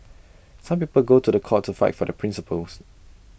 some people go to The Court to fight for their principles